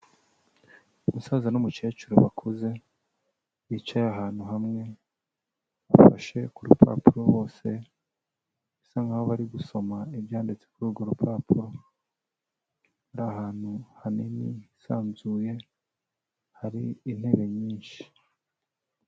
Umusaza n'umukecuru bakuze, bicaye ahantu hamwe, bafashe ku rupapuro bose, bisa nk'aho bari gusoma ibyanditse kuri urwo rupapuro. Bari ahantu hanini hisanzuye, hari intebe nyinshi.